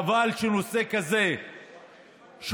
חבל שנושא כזה שוכב